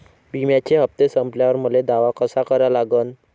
बिम्याचे हप्ते संपल्यावर मले दावा कसा करा लागन?